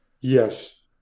Yes